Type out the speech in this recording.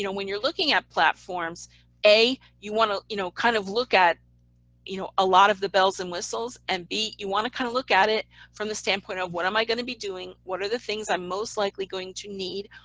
you know when you're looking at platforms a, you want to you know kind of look at you know a lot of the bells and whistles, and, b, you want to kind of look at it from the standpoint of what am i going to be doing, what are the things i'm most likely going to need,